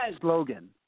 slogan